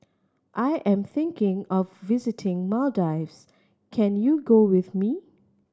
I am thinking of visiting Maldives can you go with me